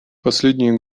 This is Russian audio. последние